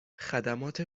خدمات